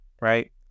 right